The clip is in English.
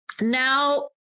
Now